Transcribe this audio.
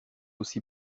aussi